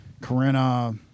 Corinna